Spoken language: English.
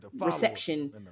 reception